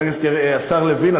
השר לוין,